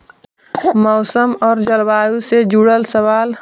मौसम और जलवायु से जुड़ल सवाल?